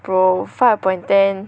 bro five upon ten